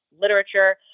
literature